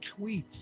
tweets